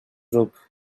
group